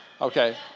Okay